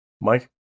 Mike